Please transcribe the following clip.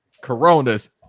Coronas